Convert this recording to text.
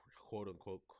quote-unquote